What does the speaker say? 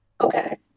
Okay